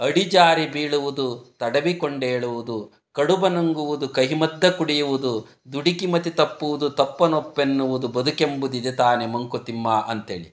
ಅಡಿಜಾರಿ ಬೀಳುವುದು ತಡವಿಕೊಂಡೇಳುವುದು ಕಡುಬ ನುಂಗುವುದು ಕಹಿಮದ್ದ ಕುಡಿಯುವುದು ದುಡುಕಿ ಮತಿದಪ್ಪುವುದು ತಪ್ಪನೊಪ್ಪೆನ್ನುವುದು ಬದುಕೆಂಬುದಿದು ತಾನೆ ಮಂಕುತಿಮ್ಮ ಅಂತೇಳಿ